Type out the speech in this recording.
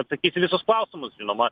atsakys į visus klausimus žinoma